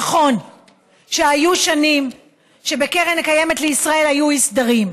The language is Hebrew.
נכון שהיו שנים שבקרן קיימת לישראל היו אי-סדרים,